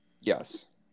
Yes